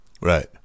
Right